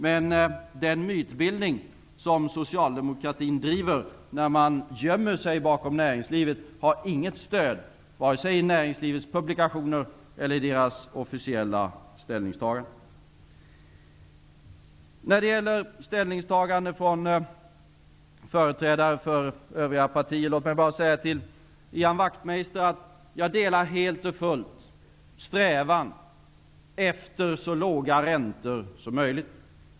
Men den mytbildning som socialdemokratin driver när man gömmer sig bakom näringslivet har inget stöd, vare sig i näringslivets publikationer eller i dess officiella ställningstagande. Låt mig med anledning av ställningstaganden från företrädare för övriga partier bara säga till Ian Wachtmeister att jag helt och fullt delar strävan efter så låga räntor som möjligt.